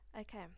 Okay